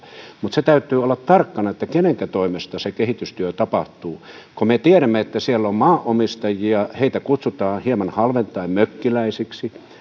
mutta täytyy olla tarkkana kenenkä toimesta se kehitystyö tapahtuu kun me tiedämme että siellä on maanomistajia heitä kutsutaan hieman halventaen mökkiläisiksi